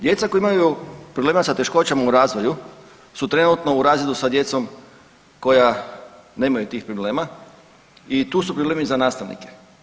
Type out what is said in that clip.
Djeca koja imaju problema sa teškoćama u razvoju su trenutno u razredu sa djecom koja nemaju tih problema i tu su problemi i za nastavnike.